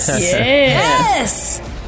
Yes